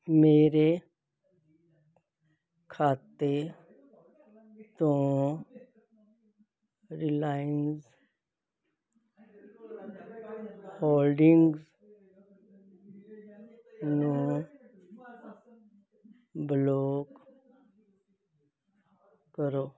ਮੇਰੇ ਖਾਤੇ ਤੋਂ ਰਿਲਾਇਅਨਸ ਹੋਲਡਿੰਗਜ਼ ਨੂੰ ਬਲੌਕ ਕਰੋ